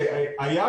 שהיה